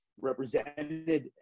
represented